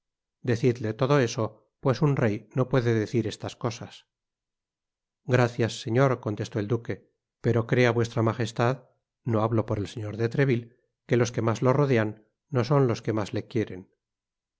decidle todo esto pues un rey no puede decir estas cosas gracias señor contestó el duque pero crea vuestra magestad no hablo content from google book search generated at por el señor de treville que los que mas lo redean no son los que mas le quieren